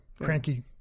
Cranky